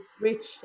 rich